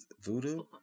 voodoo